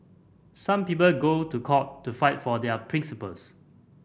some people go to court to fight for their principles